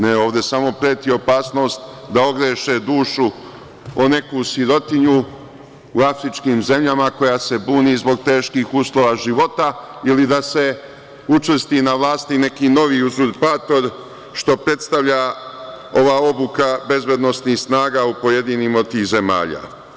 Ne, ovde samo preti opasnost da ogreše dušu o neku sirotinju u afričkim zemljama koja se buni zbog teških uslova života ili da se učvrsti na vlasti neki novi uzurpator, što predstavlja ova obuka bezbednosnih snaga u pojedinim od tih zemalja.